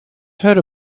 heard